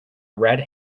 red